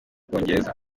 bwongereza